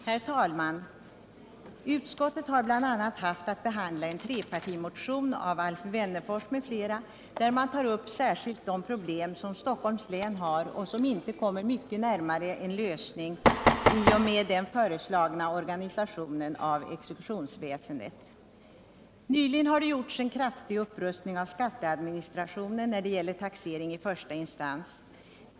Herr talman! Utskottet har haft att behandla bl.a. en trepartimotion av Alf Wennerfors m.fl. i vilken man tar upp särskilt de problem som Stockholms län har och som inte kommer så mycket närmare en lösning i i och med den föreslagna organisationen av exekutionsväsendet. | Det har nyligen gjorts en kraftig upprustning av skatteadministrationen när det gäller taxering i första instans.